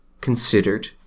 considered